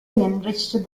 enriched